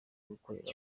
gukorera